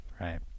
Right